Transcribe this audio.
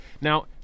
Now